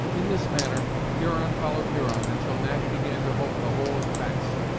in this manner, huron followed huron until natty began to hope the whole had passed.